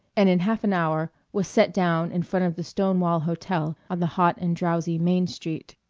and in half an hour was set down in front of the stonewall hotel on the hot and drowsy main street.